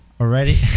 already